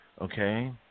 Okay